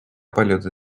paljude